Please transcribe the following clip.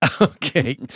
Okay